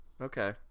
okay